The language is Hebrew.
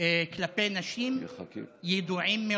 כלפי נשים ידועים מראש.